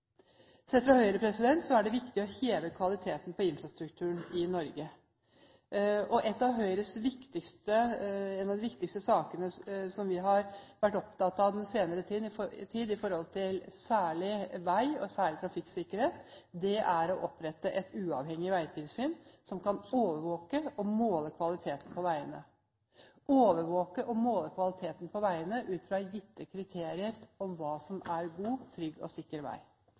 Sett fra Høyres side er det viktige å heve kvaliteten på infrastrukturen i Norge. En av de viktigste sakene som vi har vært opptatt av den senere tid med hensyn til særlig vei og trafikksikkerhet, er å opprette et uavhengig veitilsyn som kan overvåke og måle kvaliteten på veiene ut fra gitte kriterier om hva som er god, trygg og sikker vei.